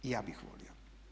I ja bih volio.